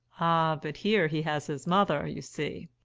but here he has his mother, you see.